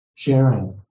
sharing